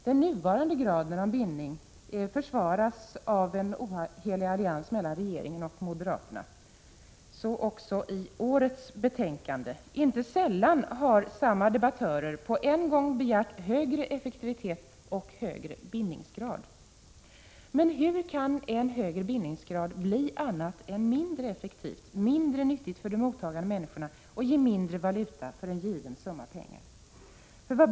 Den nuvarande graden av bindning försvaras av en ohelig allians mellan regeringen och moderaterna i årets betänkande. Inte sällan har samma debattörer på en gång begärt högre effektivitet och ökad bindningsgrad. Men hur kan ökad bindningsgrad bli annat än mindre effektivt, mindre nyttigt för de mottagande människorna och ge mindre valuta för en given summa pengar?